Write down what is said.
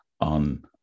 on